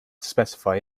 specify